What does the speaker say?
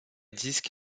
disc